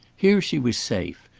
here she was safe,